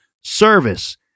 service